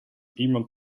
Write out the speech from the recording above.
iemand